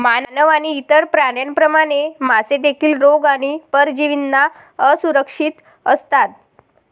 मानव आणि इतर प्राण्यांप्रमाणे, मासे देखील रोग आणि परजीवींना असुरक्षित असतात